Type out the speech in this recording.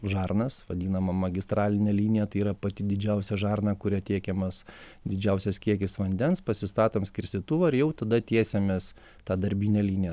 žarnas vadinama magistraline linija tai yra pati didžiausia žarna kuria tiekiamas didžiausias kiekis vandens pasistatom skirstytuvą ir jau tada tiesiamės ta darbinė linija